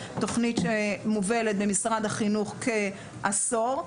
תוכנית שמובלת במשרד החינוך כעשור.